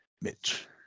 mitch